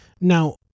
Now